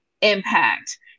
impact